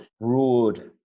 broad